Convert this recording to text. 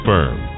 Firm